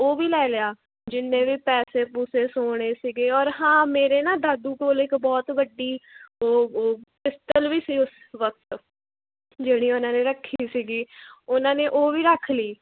ਉਹ ਵੀ ਲੈ ਲਿਆ ਜਿੰਨੇ ਵੀ ਪੈਸੇ ਪੂਸੇ ਸੋਨੇ ਸੀਗੇ ਔਰ ਹਾਂ ਮੇਰੇ ਨਾ ਦਾਦੂ ਕੋਲ ਇੱਕ ਬਹੁਤ ਵੱਡੀ ਉਹ ਪਿਸਟਲ ਵੀ ਸੀ ਉਸ ਵਕਤ ਜਿਹੜੀ ਉਹਨਾਂ ਨੇ ਰੱਖੀ ਸੀਗੀ ਉਹਨਾਂ ਨੇ ਉਹ ਵੀ ਰੱਖ ਲਈ